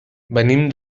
venim